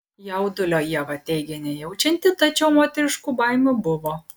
jaudulio ieva teigė nejaučianti tačiau moteriškų baimių buvo